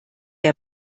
der